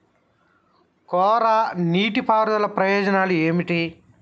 కోరా నీటి పారుదల ప్రయోజనాలు ఏమిటి?